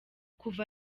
kuva